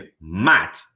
mad